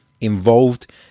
involved